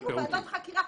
הקימו ועדת חקירה.